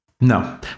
No